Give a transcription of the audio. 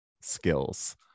skills